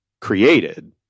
created